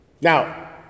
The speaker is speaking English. Now